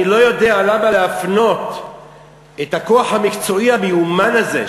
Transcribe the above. אני לא יודע למה להפנות את הכוח המקצועי המיומן הזה,